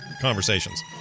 conversations